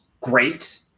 great